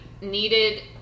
needed